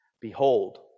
Behold